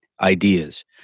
ideas